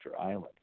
Island